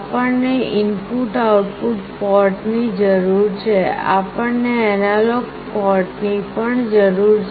આપણને input output પોર્ટની જરૂર છે આપણને એનાલોગ પોર્ટની પણ જરૂર છે